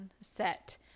set